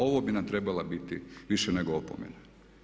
Ovo bi nam trebala biti više nego opomena.